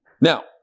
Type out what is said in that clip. Now